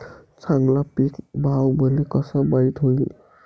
चांगला पीक भाव मले कसा माइत होईन?